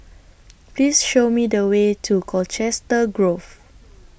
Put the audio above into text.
Please Show Me The Way to Colchester Grove